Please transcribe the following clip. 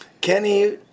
Kenny